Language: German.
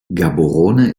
gaborone